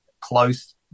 close